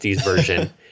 version